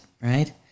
right